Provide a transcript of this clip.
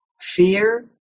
fear